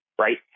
right